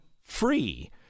free